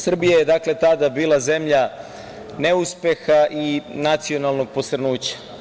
Srbija je dakle tada bila zemlja neuspeha i nacionalnog posrnuća.